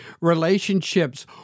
relationships